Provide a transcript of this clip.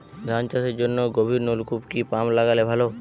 ধান চাষের জন্য গভিরনলকুপ কি পাম্প লাগালে ভালো?